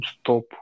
stop